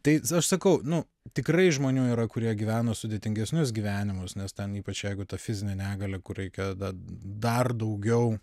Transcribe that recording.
tai aš sakau nu tikrai žmonių yra kurie gyvena sudėtingesnius gyvenimus nes ten ypač jeigu tą fizinę negalią reikia dar daugiau